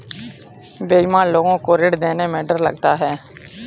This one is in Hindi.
बेईमान लोग को ऋण देने में डर लगता है